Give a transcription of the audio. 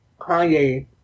Kanye